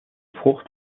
frucht